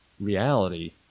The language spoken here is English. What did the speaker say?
reality